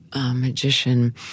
magician